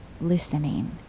listening